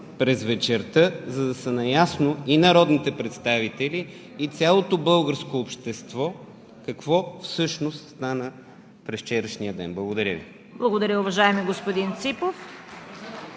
през вечерта, за да са наясно и народните представители, и цялото българско общество какво всъщност стана през вчерашния ден. Благодаря Ви. (Ръкопляскания от